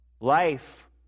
life